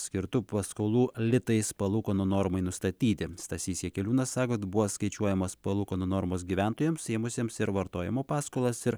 skirtu paskolų litais palūkanų normai nustatyti stasys jakeliūnas sako kad buvo skaičiuojamos palūkanų normos gyventojams ėmusiems ir vartojimo paskolas ir